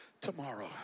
tomorrow